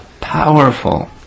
powerful